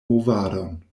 movadon